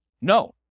No